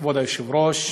כבוד היושב-ראש,